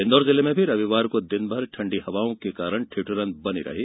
इंदौर जिले में रविवार को दिनभर ठंडी हवाओं के कारण ठिठुरन बनी रही